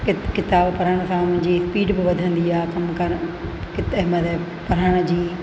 की किताब पढ़ण सां मुंहिंजी स्पीड बि वधंदी आहे कमु करण पढ़ण जी